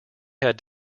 had